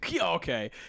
Okay